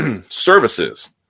services